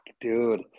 Dude